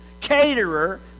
caterer